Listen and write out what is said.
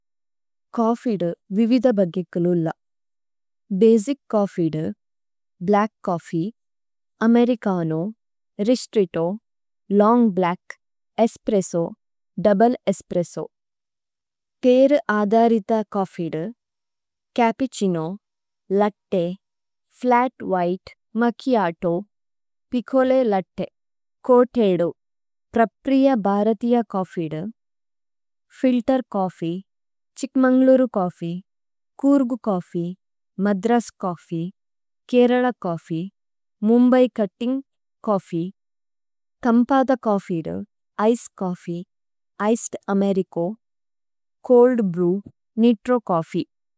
Coffee ദു വിവിഥബഗിക്ലുല്ല, basic coffee ദു, black coffee, americano, ristretto, long black, espresso, double espresso. തേരേ ആധരിഥ കോഫി ദു, cappuccino. Latte, flat white, macchiato, piccolo latte, ചോഅത് ഏദു, പ്രപ്പ്രിയ ബരഥിഅ കോഫി ദു, filter coffee, Chikmagaluru coffee, Coorg coffee, Madras coffee. Kerala coffee, Mumbai cutting coffee, കമ്പഥ കോഫി ദു, ice coffee, iced americano, cold brew, nitro coffee.